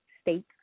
state